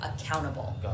accountable